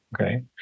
Okay